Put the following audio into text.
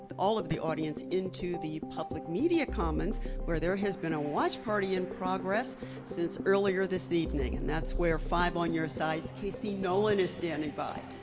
all of the audience, into the public media commons where there has been a watch party in progress since earlier this evening. and that's where five on your side's casey nolen is standing by.